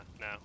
no